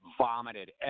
vomited